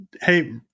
Hey